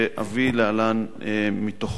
שאביא להלן מתוכו.